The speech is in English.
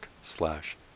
slash